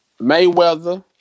Mayweather